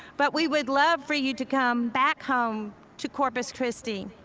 but we would love for you to come back home to corpus christi.